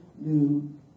new